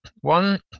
one